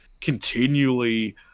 continually